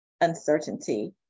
uncertainty